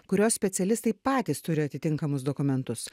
kurios specialistai patys turi atitinkamus dokumentus